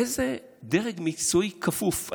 איזה דרג מקצועי כפוף?